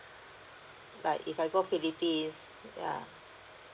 like if I go philippines yeah